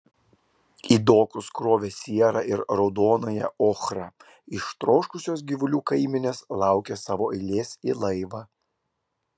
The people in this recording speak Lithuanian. į dokus krovė sierą ir raudonąją ochrą ištroškusios gyvulių kaimenės laukė savo eilės į laivą